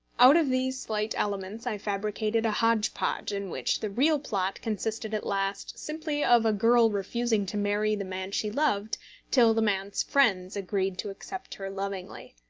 out of these slight elements i fabricated a hodge-podge in which the real plot consisted at last simply of a girl refusing to marry the man she loved till the man's friends agreed to accept her lovingly.